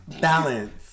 Balance